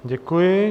Děkuji.